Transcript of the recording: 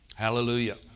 Hallelujah